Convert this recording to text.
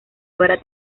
obra